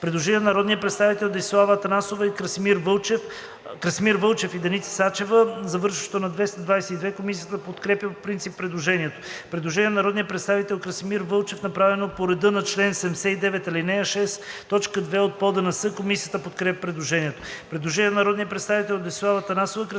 Предложение на народния представител Десислава Атанасова, Красимир Вълчев и Деница Сачева, завършващо на 222. Комисията подкрепя по принцип предложението. Предложение на народния представител Красимир Вълчев, направено по реда на чл. 79, ал. 6, т. 2 от ПОДНС. Комисията подкрепя предложението.